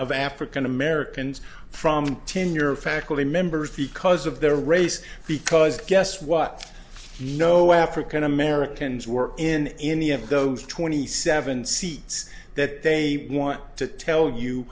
of african americans from tenured faculty members because of the a race because guess what no african americans were in any of those twenty seven seats that they want to tell you